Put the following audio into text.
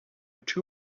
two